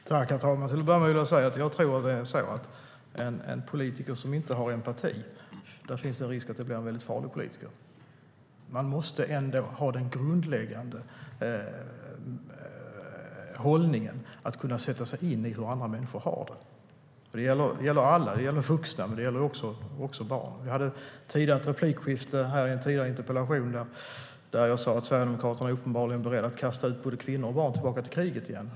Herr talman! Till att börja med vill jag säga att en politiker som inte har empati riskerar att bli en väldigt farlig politiker. Man måste ha den grundläggande hållningen att kunna sätta sig in i hur andra människor har det. Det gäller alla, vuxna såväl som barn. I en tidigare interpellationsdebatt sa jag att Sverigedemokraterna uppenbarligen är beredda att kasta ut både kvinnor och barn tillbaka till kriget igen.